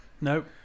nope